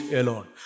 alone